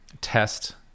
test